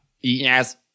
Yes